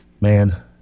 man